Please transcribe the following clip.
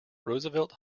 roosevelt